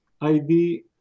ID